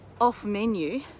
off-menu